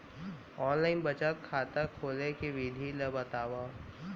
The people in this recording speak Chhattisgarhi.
ऑनलाइन बचत खाता खोले के विधि ला बतावव?